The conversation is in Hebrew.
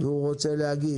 והוא רוצה לומר.